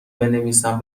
بنویسم